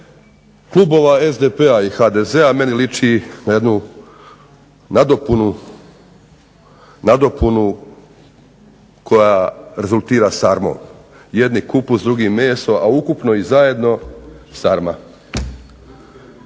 klubova SDP-a i HDZ-a meni liči na jednu nadopunu koja rezultira sarmom, jedni kupus, drugi meso, a ukupno i zajedno sarma.